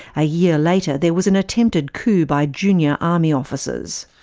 a year later there was an attempted coup by junior army officers.